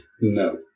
No